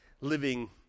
living